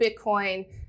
Bitcoin